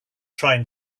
trying